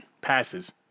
passes